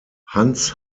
hans